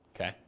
Okay